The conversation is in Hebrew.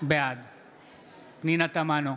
בעד פנינה תמנו,